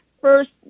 first